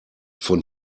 von